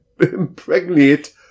impregnate